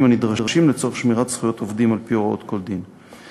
הנדרשים לצורך שמירת זכויות עובדים על-פי הוראות כל דין.